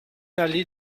allée